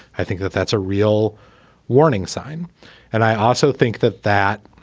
i think that that's a real warning sign and i also think that that